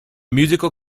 musical